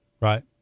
right